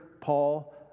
Paul